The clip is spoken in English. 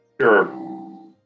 Sure